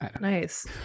Nice